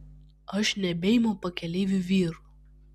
aš nebeimu pakeleivių vyrų